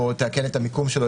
או תאכן את המיקום שלו,